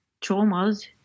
traumas